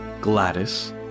Gladys